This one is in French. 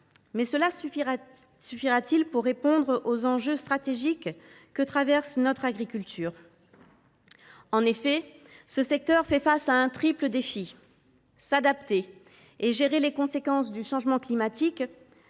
mais cela suffira t il pour répondre aux enjeux stratégiques propres à notre agriculture ? Ce secteur fait face à un triple défi : s’adapter et gérer les conséquences du changement climatique,